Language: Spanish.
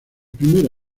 primer